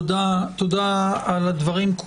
תודה על הדברים,